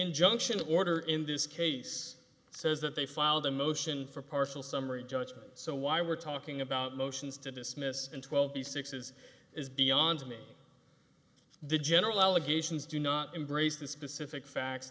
injunction order in this case says that they filed a motion for partial summary judgment so why we're talking about motions to dismiss in twelve pieces is beyond me the general allegations do not embrace the specific facts